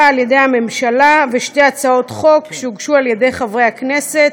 על-ידי הממשלה ושתי הצעות חוק שהוגשו על-ידי חברי הכנסת,